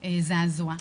זעזוע.